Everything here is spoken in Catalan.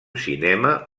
cinema